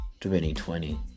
2020